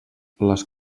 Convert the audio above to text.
les